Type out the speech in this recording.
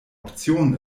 option